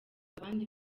abandi